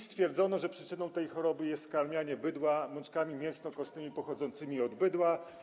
Stwierdzono, że przyczyną tej choroby jest skarmianie bydła mączkami mięsno-kostnymi pochodzącymi od bydła.